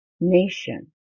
nation